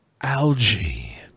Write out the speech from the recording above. Algae